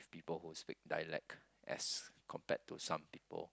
people who speak dialect as compared to some people